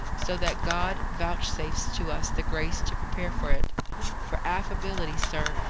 so that god vouchsafes to us the grace to prepare for it for affability, sir,